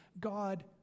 God